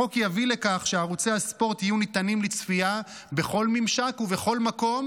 החוק יביא לכך שערוצי הספורט יהיו ניתנים לצפייה בכל ממשק ובכל מקום,